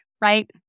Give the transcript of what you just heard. right